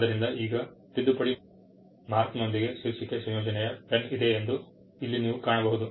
ಆದ್ದರಿಂದ ಈಗ ತಿದ್ದುಪಡಿ ಮಾರ್ಕರ್ನೊಂದಿಗೆ ಶೀರ್ಷಿಕೆ ಸಂಯೋಜನೆಯ ಪೆನ್ ಇದೆ ಎಂದು ಇಲ್ಲಿ ನೀವು ಕಾಣಬಹುದು